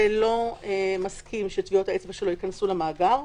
ולא מסכים שטביעות האצבע שלו ייכנסו למאגר,